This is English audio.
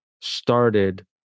started